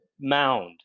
mound